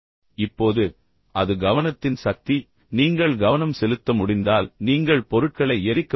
இப்போது அது கவனத்தின் சக்தி நீங்கள் கவனம் செலுத்த முடிந்தால் நீங்கள் பொருட்களை எரிக்க முடியும்